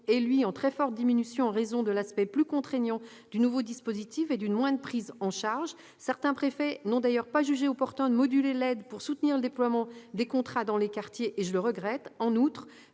est en très forte diminution en raison de l'aspect plus contraignant du nouveau dispositif et d'une moindre prise en charge. Certains préfets n'ont d'ailleurs pas jugé opportun de moduler l'aide pour soutenir le déploiement des contrats dans les quartiers, ce que je regrette.